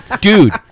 Dude